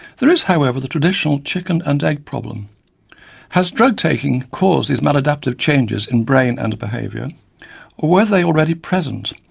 there is, however, the traditional chicken and egg problem has drug taking caused these maladaptive changes in the brain and behaviour, or were they already present,